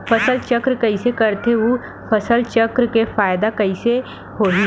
फसल चक्र कइसे करथे उ फसल चक्र के फ़ायदा कइसे से होही?